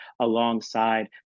alongside